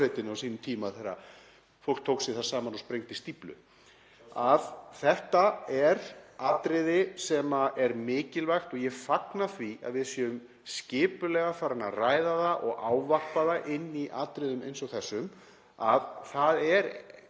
Þetta er atriði sem er mikilvægt og ég fagna því að við séum skipulega farin að ræða og ávarpa það inni í atriðum eins og þessum. Það er